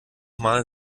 mal